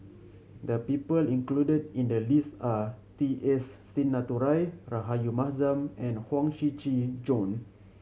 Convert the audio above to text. the people included in the list are T S Sinnathuray Rahayu Mahzam and Huang Shiqi Joan